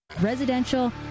residential